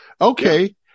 Okay